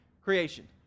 creation